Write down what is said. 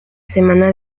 semana